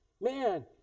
Man